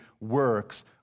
works